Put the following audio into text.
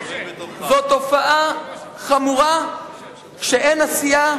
זו תופעה חמורה שאין עשייה,